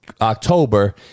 October